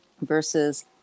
versus